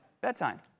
bedtime